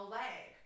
leg